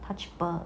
他 cheaper